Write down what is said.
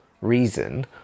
reason